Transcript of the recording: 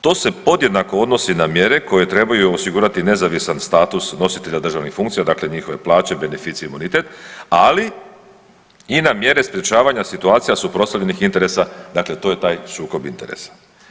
To se podjednako odnosi na mjere koje trebaju osigurati nezavisan status nositelja državnih funkcija, dakle njihove plaće, beneficije, bonitet, ali i na mjere sprječavanja situacija suprotstavljenih interesa, dakle to je taj sukob interesa.